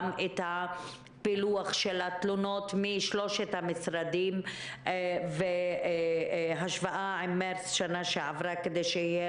גם הפילוח של התלונות משלושת המשרדים והשוואה עם מרץ שנה שעברה כדי שיהיה